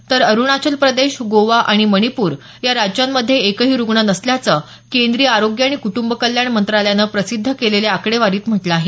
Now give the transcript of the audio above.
तर अरुणाचल प्रदेश गोवा आणि मणिपूर या राज्यांमधे एकही रुग्ण नसल्याचं केंद्रीय आरोग्य आणि कुटुंब कल्याण मंत्रालयानं प्रसिद्ध केलेल्या आकडेवारीत म्हटलं आहे